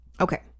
Okay